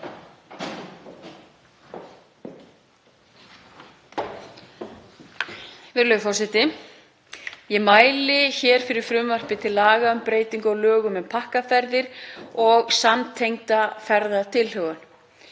Virðulegur forseti. Ég mæli hér fyrir frumvarpi til laga um breytingu á lögum um pakkaferðir og samtengda ferðatilhögun.